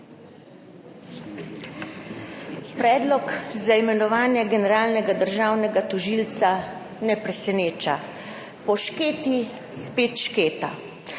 Predlog za imenovanje generalnega državnega tožilca ne preseneča – po Šketi spet Šketa.